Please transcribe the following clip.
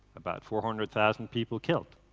about four hundred thousand people killed.